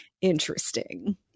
interesting